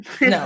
no